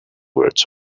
words